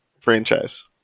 franchise